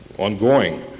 Ongoing